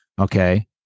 okay